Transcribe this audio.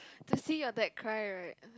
to see your dad cry right